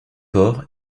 port